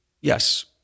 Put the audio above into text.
Yes